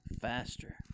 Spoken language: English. Faster